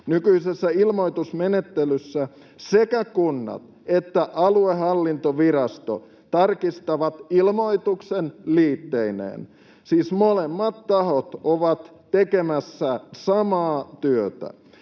Nykyisessä ilmoitusmenettelyssä sekä kunnat että aluehallintovirasto tarkistavat ilmoituksen liitteineen — siis molemmat tahot ovat tekemässä samaa työtä.